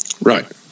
Right